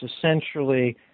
essentially